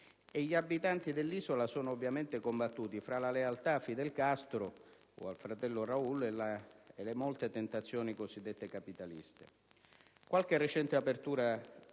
e gli abitanti dell'isola sono ovviamente combattuti fra la lealtà a Fidel Castro o al fratello Raul e le molte tentazioni cosiddette capitaliste. Qualche recente apertura di